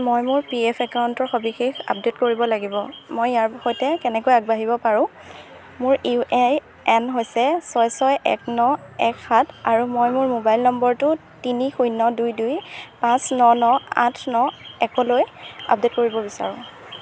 মই মোৰ P F একাউণ্টৰ সবিশেষ আপডেট কৰিব লাগিব মই ইয়াৰ সৈতে কেনেকৈ আগবাঢ়িব পাৰোঁ মোৰ ইউ এ আই এন হৈছে ছয় ছয় এক ন এক সাত আৰু মই মোৰ মোবাইল নম্বৰটো তিনি শূন্য দুই দুই পাঁচ ন ন আঠ ন একলৈ আপডেট কৰিব বিচাৰোঁ